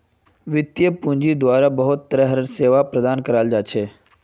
वित्तीय पूंजिर द्वारा बहुत तरह र सेवा प्रदान कराल जा छे